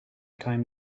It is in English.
time